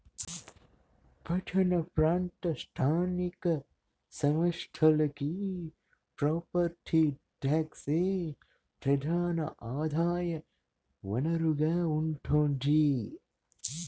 పట్టణ ప్రాంత స్థానిక సంస్థలకి ప్రాపర్టీ ట్యాక్సే ప్రధాన ఆదాయ వనరుగా ఉంటోంది